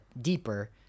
deeper